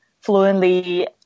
fluently